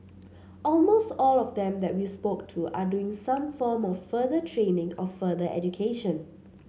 almost all of them that we spoke to are doing some form of further training or further education